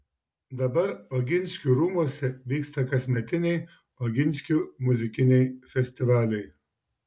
dabar oginskių rūmuose vyksta kasmetiniai oginskių muzikiniai festivaliai